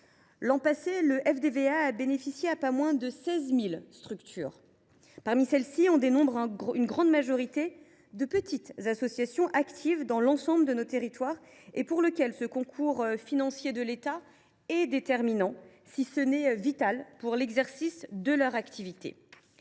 L’an passé, le FDVA a bénéficié à pas moins de 16 000 structures. Parmi celles ci, on dénombre une grande majorité de petites associations, actives dans l’ensemble de nos territoires et pour lesquelles ce concours financier de l’État est décisif, voire vital pour l’exercice de leur activité.